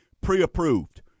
pre-approved